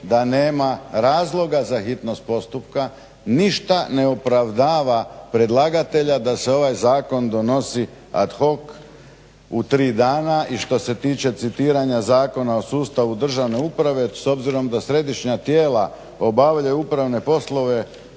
da nema razloga za hitnost postupka, ništa ne opravdava predlagatelja da se ovaj zakon donosi ad hoc u tri dana i što se tiče citiranja Zakona o sustavu državne uprave s obzirom da središnja tijela obavljaju upravne poslove,